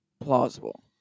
plausible